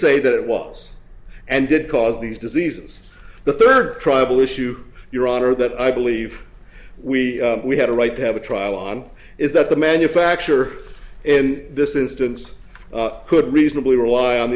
say that it was and did cause these diseases the third trouble issue your honor that i believe we we have a right to have a trial on is that the manufacturer in this instance could reasonably rely on